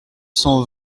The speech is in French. cent